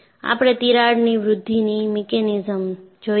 આપણે તિરાડની વૃદ્ધિની મિકેનિઝમ જોઈ છે